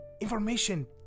information